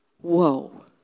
Whoa